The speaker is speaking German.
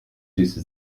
süße